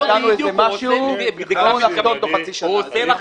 --- הוא עושה לך